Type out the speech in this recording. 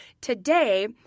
Today